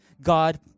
god